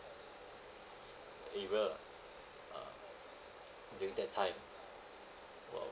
area lah ah during that time I